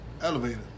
elevator